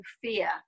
fear